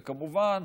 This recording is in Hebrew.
וכמובן,